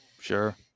sure